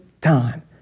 time